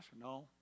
No